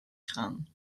gaan